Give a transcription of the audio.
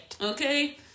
okay